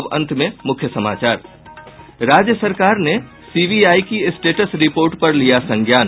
और अब अंत में मुख्य समाचार राज्य सरकार ने सीबीआई की स्टेटस रिपोर्ट पर लिया संज्ञान